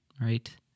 right